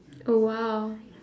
!wow!